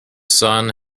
sun